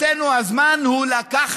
הזמן הוא לא לטובתנו,